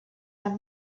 have